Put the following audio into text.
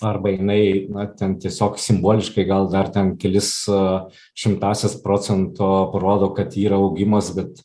arba jinai na ten tiesiog simboliškai gal dar ten kelis šimtąsias procento parodo kad yra augimas bet